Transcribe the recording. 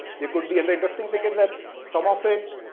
they could be and the interesting thing is that some of it,